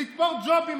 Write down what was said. לתפור ג'ובים.